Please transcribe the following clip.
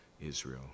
Israel